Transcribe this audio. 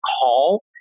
call